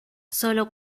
sólo